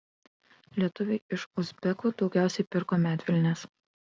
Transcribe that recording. lietuviai iš uzbekų daugiausiai pirko medvilnės